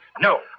no